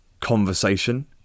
conversation